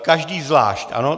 Každý zvlášť, ano?